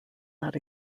not